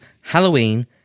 Halloween